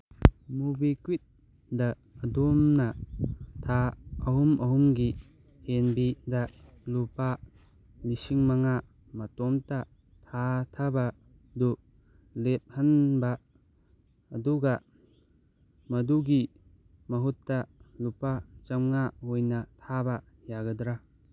ꯃꯨꯕꯤꯀ꯭ꯋꯤꯛꯗ ꯑꯗꯣꯝꯅ ꯊꯥ ꯑꯍꯨꯝ ꯑꯍꯨꯝꯒꯤ ꯍꯦꯟꯕꯤꯗ ꯂꯨꯄꯥ ꯂꯤꯁꯤꯡ ꯃꯉꯥ ꯃꯇꯣꯝꯇ ꯊꯥꯗꯕꯗꯨ ꯂꯦꯞꯍꯟꯕ ꯑꯗꯨꯒ ꯃꯗꯨꯒꯤ ꯃꯍꯨꯠꯇ ꯂꯨꯄꯥ ꯆꯃꯉꯥ ꯑꯣꯏꯅ ꯊꯥꯕ ꯌꯥꯒꯗ꯭ꯔ